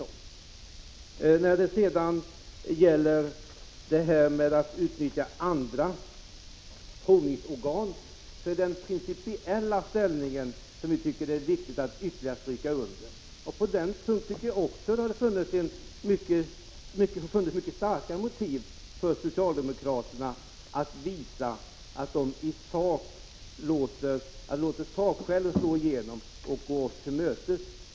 När det sedan gäller möjligheten att utnyttja andra provanläggningar är det den principiella inställningen som vi anser att det är viktigt att ytterligare stryka under. På den punkten tycker jag också att det hade funnits mycket starka motiv för socialdemokraterna att visa att de låter sakskälen slå igenom och gå oss till mötes.